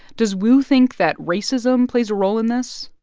does wu think that racism plays a role in this?